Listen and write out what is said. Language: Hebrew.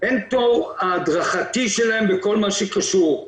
המנטור ההדרכתי שלהם בכל מה שקשור.